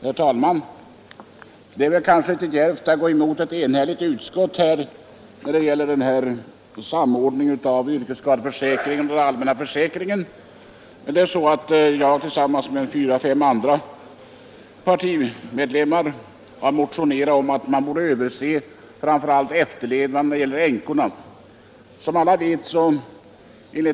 Herr talman! Det är kanske litet djärvt att gå emot ett enhälligt utskott när det gäller samordningen av yrkesskadeförsäkringen med den allmänna försäkringen. Jag har tillsammans med fyra fem partikamrater motionerat om att man borde se över efterlevandeskyddet framför allt för änkorna.